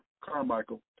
Carmichael